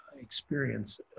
experience